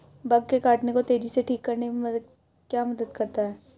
Bug के काटने को तेजी से ठीक करने में क्या मदद करता है?